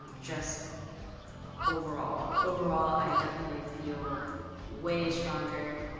just overall. overall, i definitely feel way stronger.